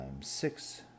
six